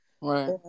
right